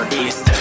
east